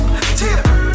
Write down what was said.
tip